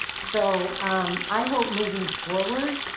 so i hope moving forward,